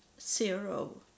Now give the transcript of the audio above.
zero